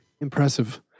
Impressive